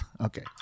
Okay